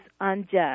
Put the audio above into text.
unjust